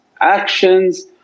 actions